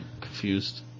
confused